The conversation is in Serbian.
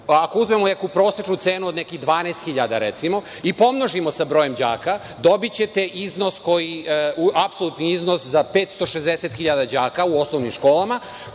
ako uzmemo neku prosečnu cenu od nekih 12 hiljada, recimo, i pomnožimo sa brojem đaka dobićete apsolutni iznos za 560 hiljada đaka u osnovnim školama,